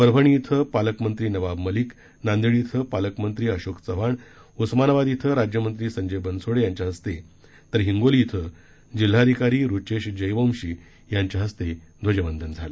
परभणी इथं पालकमंत्री नवाब मलिक नांदेड इथं पालकमंत्री अशोक चव्हाण उस्मानाबाद इथं राज्यमंत्री संजय बनसोडे यांच्या हस्ते तर हिंगोली इथं जिल्हाधिकारी रुचेश जयवंशी यांच्या हस्ते ध्वजवंदन झालं